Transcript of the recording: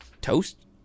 toast